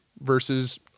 versus